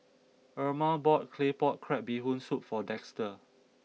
Irma bought Claypot Crab Bee Hoon Soup for Dexter